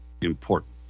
important